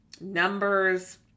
numbers